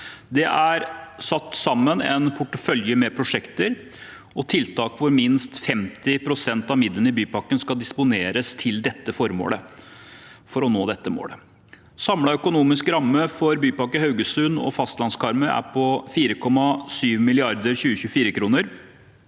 Det er satt sammen en portefølje med prosjekter og tiltak hvor minst 50 pst. av midlene i bypakken skal disponeres til dette formålet for å nå dette målet. Samlet økonomisk ramme for Bypakke Haugesund og fastlands-Karmøy er på 4,7 mrd. 2024-kroner.